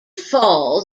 fall